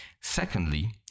Secondly